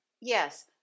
Yes